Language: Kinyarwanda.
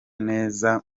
neza